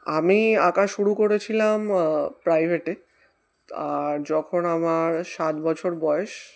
আমি আঁকা শুরু করেছিলাম প্রাইভেটে আর যখন আমার সাত বছর বয়স